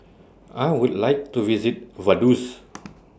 I Would like to visit Vaduz